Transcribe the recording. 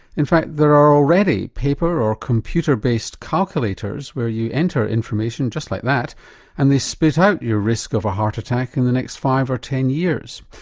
in fact there are already paper or computer based calculators where you can enter information just like that and they spit out your risk of a heart attack in the next five or ten years.